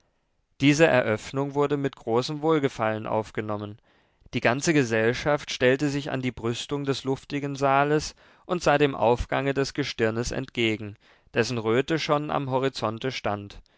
diese eröffnung wurde mit großem wohlgefallen aufgenommen die ganze gesellschaft stellte sich an die brüstung des luftigen saales und sah dem aufgange des gestirnes entgegen dessen röte schon am horizonte stand